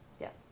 yes